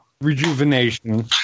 rejuvenation